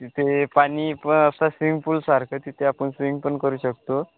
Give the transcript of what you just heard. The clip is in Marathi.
तिथे पाणी पण असं स्विमिंग पूलसारखं तिथे आपण स्विमिंग पण करू शकतो